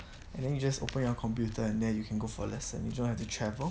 and then you just open your computer and then you can go for lesson you don't have to travel